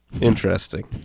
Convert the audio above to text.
Interesting